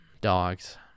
dogs